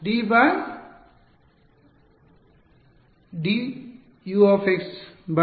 dxd U|xx0 ಸ್ಥಿರ ಸರಿ